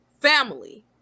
family